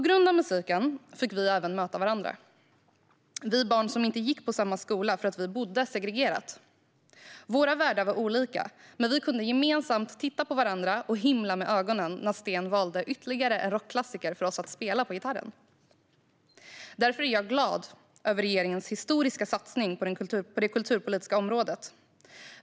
Tack vare musiken fick vi även möta barn som inte gick på samma skola för att vi bodde segregerat. Våra världar var olika, men vi kunde gemensamt titta på varandra och himla med ögonen när Sten valde ytterligare en rockklassiker för oss att spela på gitarren. Därför är jag glad över regeringens historiska satsning på det kulturpolitiska området.